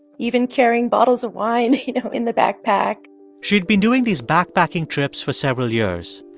even carrying bottles of wine, you know, in the backpack she'd been doing these backpacking trips for several years.